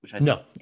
No